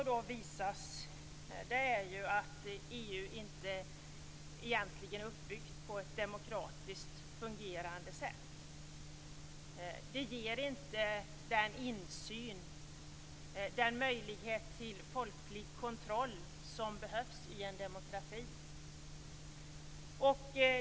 Det visar sig också att EU egentligen inte är uppbyggt på ett demokratiskt sätt. Den insyn och den möjlighet till folklig kontroll som behövs i en demokrati finns inte.